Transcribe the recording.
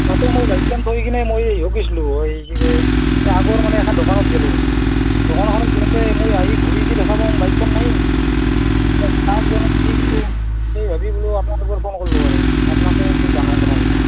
তাতে মই বাইকখন থৈ কিনে মই ইহক গৈছিলোঁ এই কি কয় এই আগৰ মানে এখন দোকানত গ'লোঁ দোকানখনত যাওঁতে মই আহি ঘূৰি যে দেখা পাওঁ বাইকখন নাই এতিয়া কাক জনাম কি কৰোঁ সেই ভাবি বোলো আপোনাক এবাৰ ফোন কৰিলোঁ আৰু আপোনাকেই বোলো জনাওঁ কথাখিনি